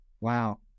Wow